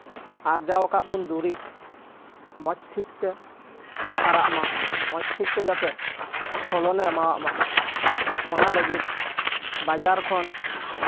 ᱟᱨᱡᱟᱣ ᱟᱠᱟᱫ ᱵᱚᱱ ᱫᱩᱨᱤᱵᱽ ᱢᱚᱡᱽ ᱴᱷᱤᱠ ᱛᱮ ᱦᱟᱨᱟᱜ ᱢᱟ ᱢᱚᱡᱽ ᱴᱷᱤᱠ ᱛᱮ ᱡᱟᱛᱮ ᱯᱷᱚᱞᱚᱱᱮ ᱮᱢᱟᱣᱟᱜ ᱢᱟ ᱚᱱᱟ ᱞᱟᱹᱜᱤᱫ ᱵᱟᱡᱟᱨ ᱠᱷᱚᱱ